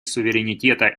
суверенитета